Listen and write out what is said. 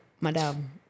Madam